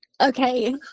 Okay